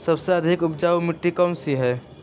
सबसे अधिक उपजाऊ मिट्टी कौन सी हैं?